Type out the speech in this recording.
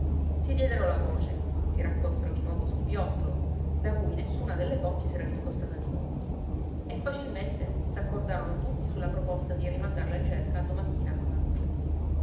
si diedero la voce si raccolsero di nuovo sul viottolo da cui nessuna delle coppie s'era discostata di molto e facilmente s'accordarono tutti su la proposta di rimandar la ricerca a domattina con la luce